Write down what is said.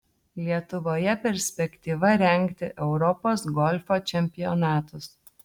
lietuvoje perspektyva rengti europos golfo čempionatus